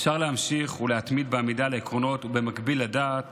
אפשר להמשיך ולהתמיד בעמידה על עקרונות ובמקביל לדעת